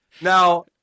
now